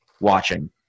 watching